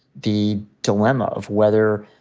the dilemma of whether,